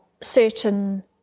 certain